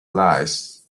lights